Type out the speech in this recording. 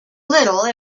little